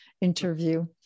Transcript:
interview